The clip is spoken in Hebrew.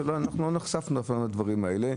אף פעם לא נחשפנו לדברים האלה.